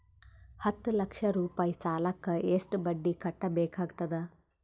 ಹತ್ತ ಲಕ್ಷ ರೂಪಾಯಿ ಸಾಲಕ್ಕ ಎಷ್ಟ ಬಡ್ಡಿ ಕಟ್ಟಬೇಕಾಗತದ?